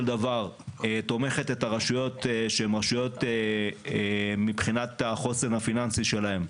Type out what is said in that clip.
דבר תומכת את הרשויות שהן רשויות שמבחינת החוסן הפיננסי שלהן,